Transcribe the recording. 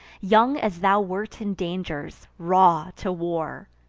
young as thou wert in dangers, raw to war!